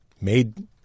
made—